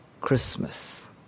Christmas